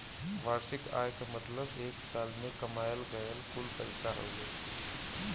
वार्षिक आय क मतलब एक साल में कमायल गयल कुल पैसा हउवे